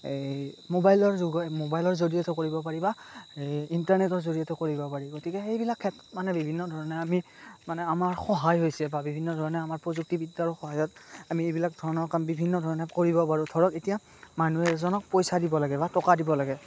মোবাইলৰ যুগৰ মোবাইলৰ জৰিয়তে কৰিব পাৰি বা ইণ্টাৰনেটৰ জৰিয়তে কৰিব পাৰি গতিকে সেইবিলাক মানে বিভিন্ন ধৰণে আমি মানে আমাৰ সহায় হৈছে বা বিভিন্ন ধৰণে আমাৰ প্ৰযুক্তিবিদ্যাৰ সহায়ত আমি এইবিলাক ধৰণৰ কাম বিভিন্ন ধৰণে কৰিব পাৰোঁ ধৰক এতিয়া মানুহ এজনক পইচা দিব লাগে বা টকা দিব লাগে